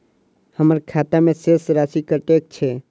हम्मर खाता मे शेष राशि कतेक छैय?